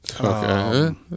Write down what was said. Okay